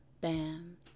bam